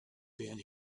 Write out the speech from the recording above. been